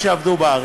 להם.